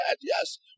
yes